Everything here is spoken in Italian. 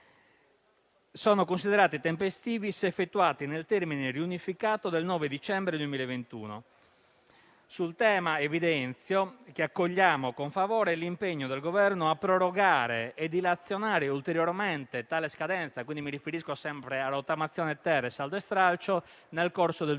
sono considerati tempestivi se effettuati nel termine riunificato del 9 dicembre 2021. Sul tema evidenzio che accogliamo con favore l'impegno del Governo a prorogare e dilazionare ulteriormente tale scadenza (mi riferisco sempre alla rottamazione-*ter* e al saldo e stralcio) nel corso del 2022.